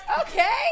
Okay